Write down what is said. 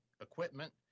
equipment